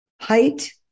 height